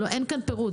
אין כאן פירוט.